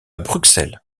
bruxelles